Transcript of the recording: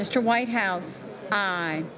mr white house i